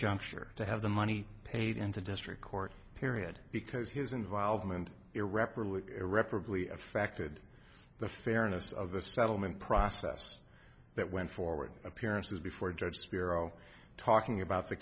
juncture to have the money paid into district court period because his involvement irreparably irreparably affected the fairness of the settlement process that went forward appearances before judge spiro talking about the